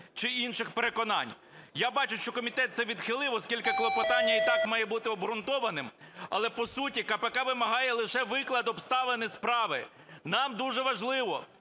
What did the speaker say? чи інших переконань. Я бачу, що комітет це відхилив, оскільки клопотання і так має обґрунтованим. Але, по суті, КПК вимагає лише виклад обставин із справи. Нам дуже важливо,